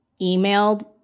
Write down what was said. emailed